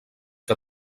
que